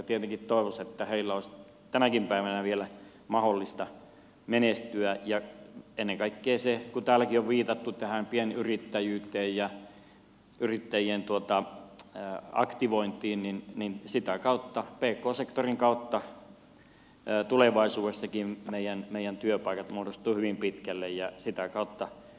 tietenkin toivoisi että heille olisi tänäkin päivänä vielä mahdollista menestyä ja ennen kaikkea kun täälläkin on viitattu tähän pienyrittäjyyteen ja yrittäjien aktivointiin niin sitä kautta pk sektorin kautta tulevaisuudessakin meidän työpaikat muodostuvat hyvin pitkälle ja sitä kautta tulee työllistymistä